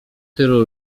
tylu